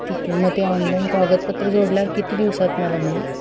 ठीक आहे मग ते ऑनलाईन कागदपत्र जोडल्यावर किती दिवसात मला मिळेल